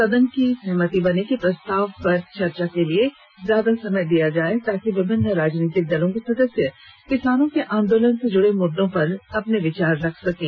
सदन में सहमति बनी कि प्रस्ताव पर चर्चा के लिए ज्यादा समय दिया जाए ताकि विभिन्न राजनीतिक दलों के सदस्य किसानों के आंदोलन से जुडे मुद्दे पर भी अपने विचार रख सकें